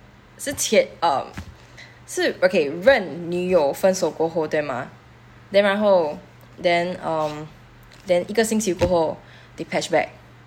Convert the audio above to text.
是前 um 是 okay 任女友分手过后对吗 then 然后 then um then 一个星期过后 they patched back